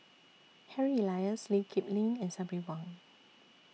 Harry Elias Lee Kip Lin and Sabri Buang